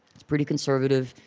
it's pretty conservative.